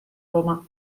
roma